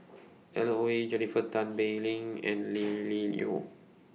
Alan Oei Jennifer Tan Bee Leng and Lily Neo